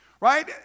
Right